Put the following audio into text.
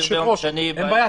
היושב ראש אומר: אין בעיה,